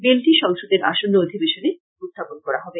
বিলটি সংসদের আসন্ন অধিবেশনে উখাপন করা হবে